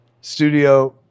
studio